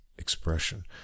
expression